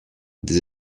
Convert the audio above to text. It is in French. des